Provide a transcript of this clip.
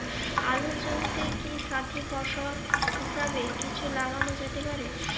আলুর জমিতে কি সাথি ফসল হিসাবে কিছু লাগানো যেতে পারে?